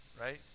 right